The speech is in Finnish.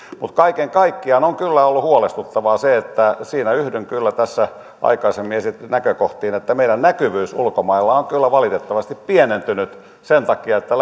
mutta kaiken kaikkiaan on kyllä ollut huolestuttavaa se siinä yhdyn kyllä tässä aikaisemmin esitettyihin näkökohtiin että meidän näkyvyytemme ulkomailla on valitettavasti pienentynyt sen takia että